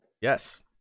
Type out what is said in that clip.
Yes